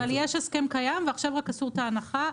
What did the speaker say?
אבל יש הסכם קיים ועכשיו רק אסור את ההנחה.